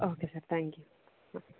okay sir thank you ಹಾಂ